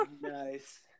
Nice